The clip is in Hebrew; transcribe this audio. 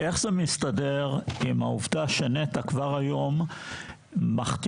איך זה מתסדר עם העובדה שנת"ע כבר היום מחתימה